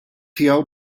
tiegħu